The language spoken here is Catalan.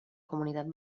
comunitat